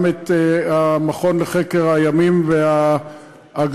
גם את המכון לחקר הימים והאגמים,